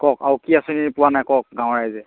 কওক আৰু কি আঁচনি পোৱা নাই কওক গাঁৱৰ ৰাইজে